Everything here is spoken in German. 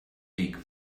weg